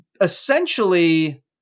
essentially